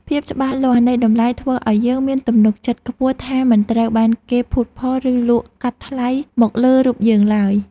ភាពច្បាស់លាស់នៃតម្លៃធ្វើឱ្យយើងមានទំនុកចិត្តខ្ពស់ថាមិនត្រូវបានគេភូតភរឬលក់កាត់ថ្លៃមកលើរូបយើងឡើយ។